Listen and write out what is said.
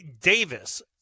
Davis